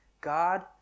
God